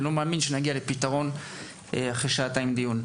אני לא מאמין שנגיע לפתרון אחרי דיון של שעתיים.